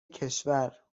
کشور